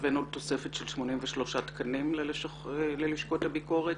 הבאנו תוספת של 83 תקנים ללשכות הביקורת